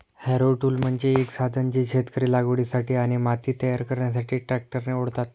Harrow tool म्हणजे एक साधन जे शेतकरी लागवडीसाठी आणि माती तयार करण्यासाठी ट्रॅक्टरने ओढतात